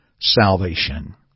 salvation